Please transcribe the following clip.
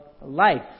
life